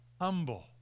humble